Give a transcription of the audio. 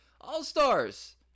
All-Stars